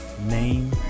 name